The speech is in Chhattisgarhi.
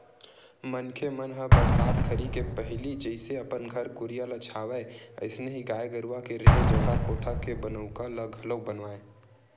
मनखे मन ह बरसात घरी के पहिली जइसे अपन घर कुरिया ल छावय अइसने ही गाय गरूवा के रेहे जघा कोठा के बनउका ल घलोक बनावय